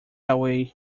away